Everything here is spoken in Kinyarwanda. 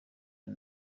ari